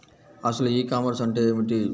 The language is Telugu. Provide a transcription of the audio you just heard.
అసలు ఈ కామర్స్ అంటే ఏమిటి?